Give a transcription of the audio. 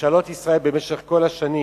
ממשלות ישראל במשך כל השנים